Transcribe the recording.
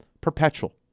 perpetual